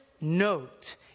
note